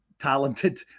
talented